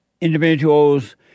individuals